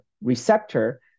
receptor